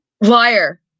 Liar